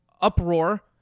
uproar